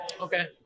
okay